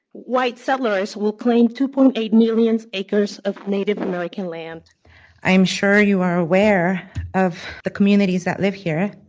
white settlers will claim two point eight million acres of native american land i am sure you are aware of the communities that live here.